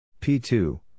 P2